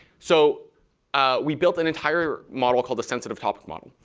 so we built an entire model called the sensitive topic model.